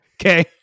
Okay